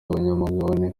abanyamigabane